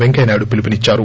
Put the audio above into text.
పెంకయ్య నాయుడు పిలుపునిచ్చారు